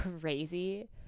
crazy